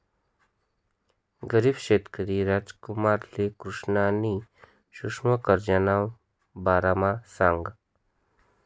गरीब शेतकरी रामकुमारले कृष्णनी सुक्ष्म कर्जना बारामा सांगं